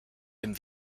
dem